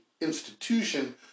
institution